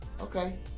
okay